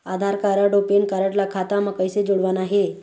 आधार card अऊ PAN card ला खाता म कइसे जोड़वाना हे?